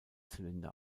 zylinder